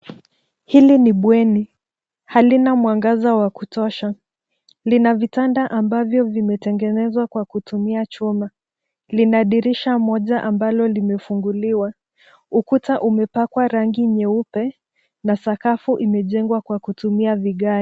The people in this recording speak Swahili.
Hili ni bweni. Halina mwangaza wa kutosha. Lina vitanda ambavyo vimetengenezwa kwa kutumia chuma. Lina dirisha moja ambalo limefunguliwa. Ukuta umepakwa rangi nyeupe na sakafu imejengwa kwa kutumia vigae.